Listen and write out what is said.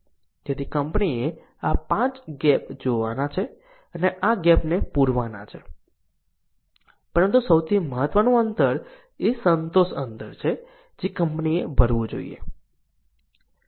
તેથી કંપનીએ આ 5 ગેપ જોવાના છે અને આ ગેપને પુરવાના છે પરંતુ સૌથી મહત્વનું અંતર એ સંતોષ અંતર છે જે કંપનીએ ભરવું જોઈએ